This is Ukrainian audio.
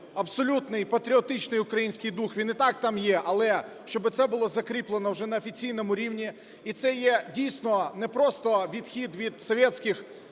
абсолютний патріотичний український дух, він і так там є, але, щоб це було закріплено вже на офіційному рівні. І це є, дійсно, не просто відхід від советских,